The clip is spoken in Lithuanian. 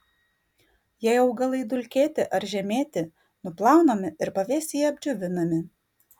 jei augalai dulkėti arba žemėti nuplaunami ir pavėsyje apdžiovinami